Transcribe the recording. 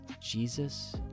Jesus